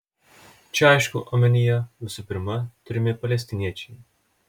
čia aišku omenyje visų pirma turimi palestiniečiai